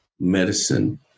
medicine